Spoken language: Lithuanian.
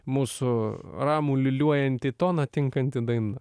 mūsų ramų liūliuojantį toną tinkanti daina